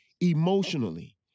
emotionally